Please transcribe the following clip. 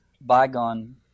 bygone